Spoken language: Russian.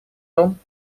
том